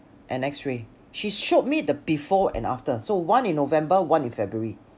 an x-ray she showed me the before and after so one in november one in february